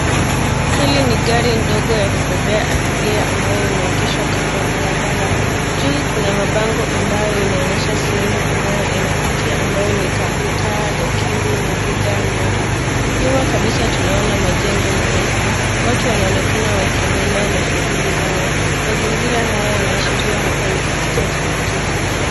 Hii ni gari ndogo ya kubebea abiria ambayo imeegeshwa kando ya barabara. Juu kuna mabango ambayo inaonyesha sehemu ambayo inapitia ambayo ni Kabuta, Gakindu, Muthiga, nyeri. Nyuma kabisa tunaona majengo marefu. Watu wanaonekana wakiendekea na shughuli zao. Mazingira haya yanaashiria hapa ni katikati mwa jiji.